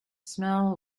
smell